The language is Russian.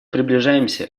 приближаемся